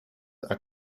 are